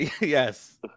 Yes